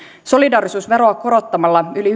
solidaarisuusveroa korottamalla yli